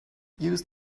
used